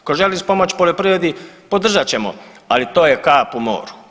Ako želiš pomoći poljoprivredi podržat ćemo, ali to je kap u moru.